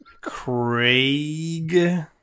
Craig